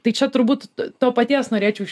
tai čia turbūt to to paties norėčiau iš